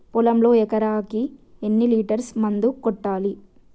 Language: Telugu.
పొలంలో ఎకరాకి ఎన్ని లీటర్స్ మందు కొట్టాలి?